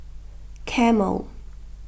Camel